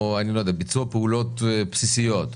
ביצוע פעולות בסיסיות,